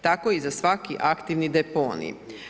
Tako i za svaki aktivni deponij.